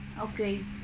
Okay